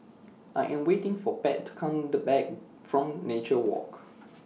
I Am waiting For Pat to Come to Back from Nature Walk